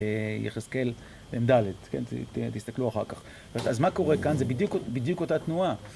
יחזקאל עמדלת, תסתכלו אחר כך אז מה קורה כאן זה בדיוק אותה תנועה